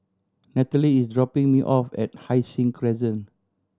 Nallely is dropping me off at Hai Sing Crescent